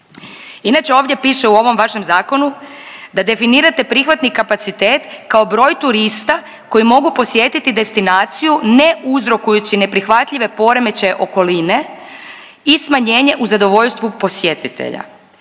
Inače ovdje piše u ovom vašem zakonu, da definirate prihvatni kapacitet kao broj turista koji mogu posjetiti destinaciju ne uzrokujući neprihvatljive poremećaje okoline i smanjenje u zadovoljstvu posjetitelja.